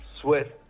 Swift